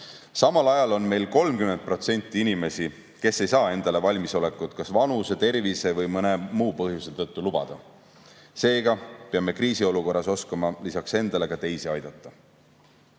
Samal ajal on meil 30% inimesi, kes ei saa endale valmisolekut kas vanuse, tervise või mõne muu põhjuse tõttu lubada. Seega peame kriisiolukorras oskama lisaks endale ka teisi aidata. Meie